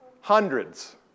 Hundreds